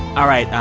all right.